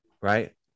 right